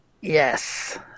Yes